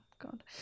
god